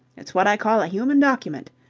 it's what i call a human document.